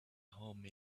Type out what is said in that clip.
home